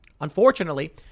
Unfortunately